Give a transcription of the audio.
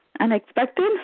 unexpected